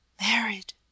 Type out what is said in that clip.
Married